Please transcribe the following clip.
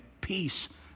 peace